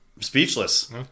speechless